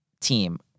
team